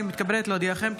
אני מתכבדת להודיעכם,